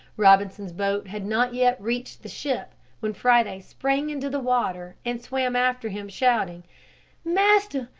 robinson's boat had not yet reached the ship when friday sprang into the water and swam after him shouting master,